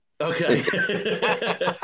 okay